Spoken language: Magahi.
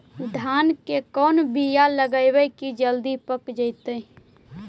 धान के कोन बियाह लगइबै की जल्दी पक जितै?